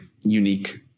unique